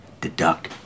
deduct